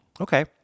Okay